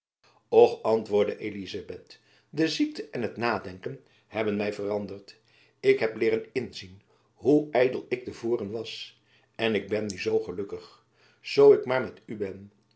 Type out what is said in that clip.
och antwoordde elizabeth de ziekte en het nadenken hebben my veranderd ik heb leeren inzien hoe ydel ik te voren was en ik ben nu zoo gelukkig zoo ik maar met u ben